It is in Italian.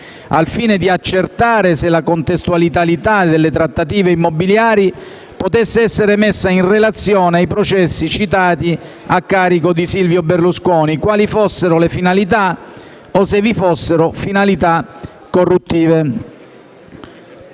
al fine di accertare se la contestualità delle trattative immobiliari potesse essere messa in relazione ai processi citati a carico di Silvio Berlusconi, quali fossero le finalità o se vi fossero finalità corruttive.